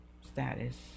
status